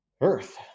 earth